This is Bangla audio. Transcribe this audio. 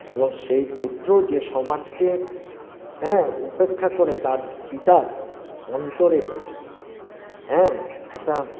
এবং সেই পুত্র যে সমাজকে হ্যাঁ উপেক্ষা করে তার পিতার অন্তরে হ্যাঁ একটা